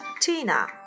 Tina